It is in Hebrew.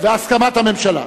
והסכמת הממשלה.